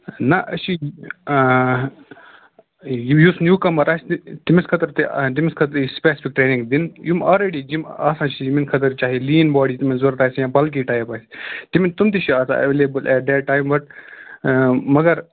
نہَ أسۍ چھِ یُس نیٛوٗ کَمَر آسہِ تٔمِس خٲطرٕ تہِ آ تٔمِس خٲطرٕ یی سِپیٚسفِک ٹرٛینِنٛگ دِنہٕ یِم آلریٚڈی یِم آسان چھِ یِمَن خٲطرٕ چاہے لیٖن باڑی یِمَن ضروٗرت آسہِ یا بَلکی ٹایپ آسہِ تِم تہِ چھِ آسان available at that time but مگر